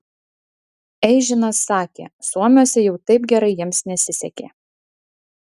eižinas sakė suomiuose jau taip gerai jiems nesisekė